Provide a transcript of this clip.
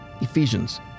Ephesians